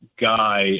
guy